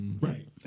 right